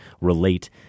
relate